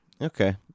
Okay